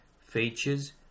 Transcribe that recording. features